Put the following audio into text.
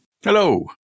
Hello